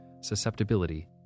susceptibility